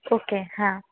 okay हां